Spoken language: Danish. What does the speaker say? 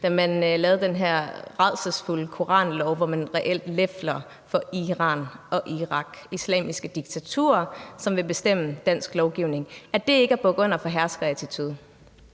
da man lavede den her rædselsfulde koranlov, hvor man reelt lefler for Iran og Irak, islamiske diktaturer, som vil bestemme dansk lovgivning? Er det ikke at bukke under for en herskerattitude?